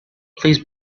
please